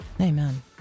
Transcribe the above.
Amen